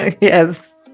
Yes